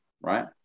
right